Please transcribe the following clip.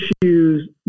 issues